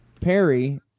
Perry